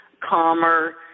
calmer